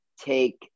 take